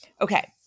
Okay